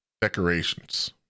decorations